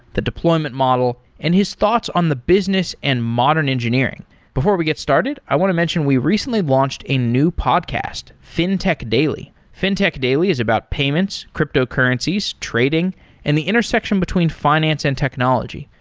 the deployment model and his thoughts on the business and modern engineering before we get started, i want to mention we recently launched a new podcast, fintech daily. daily. fintech daily is about payments, cryptocurrencies, trading and the intersection between finance and technology.